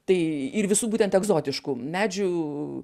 tai ir visų būtent egzotiškų medžių